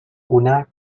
una